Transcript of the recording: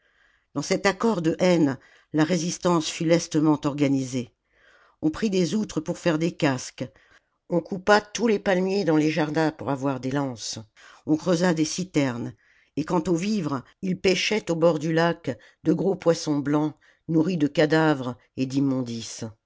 dans cet accord de haines la résistance fut lestement organisée on prit des outres pour faire des casques on coupa tous les palmiers dans les jardins pour avoir des lances on creusa des citernes et quant aux vivres ils péchaient aux bords du lac de gros poissons blancs nourris de cadavres et